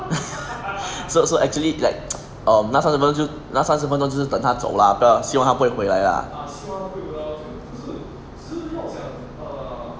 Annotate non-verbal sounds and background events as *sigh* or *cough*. *laughs* so so actually like um 那时候就那三十分钟就是等他走 lah 不要希望他不会回来 lah